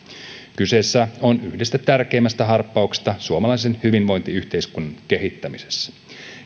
kyse on yhdestä tärkeimmistä harppauksista suomalaisen hyvinvointiyhteiskunnan kehittämisessä